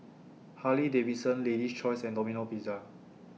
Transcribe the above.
Harley Davidson Lady's Choice and Domino Pizza